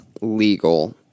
legal